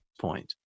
point